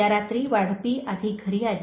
त्या रात्री वाढपी आधी घरी आली